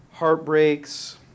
heartbreaks